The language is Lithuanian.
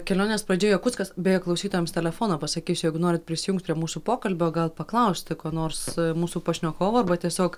kelionės pradžioje jakutskas beje klausytojams telefoną pasakysiu jeigu norit prisijungt prie mūsų pokalbio gal paklausti ko nors mūsų pašnekovo arba tiesiog